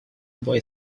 boy